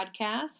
Podcast